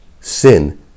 sin